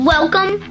Welcome